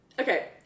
Okay